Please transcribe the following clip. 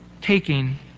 taking